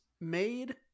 made